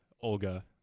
Olga